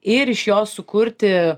ir iš jo sukurti